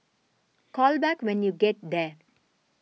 call back when you get there